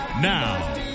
Now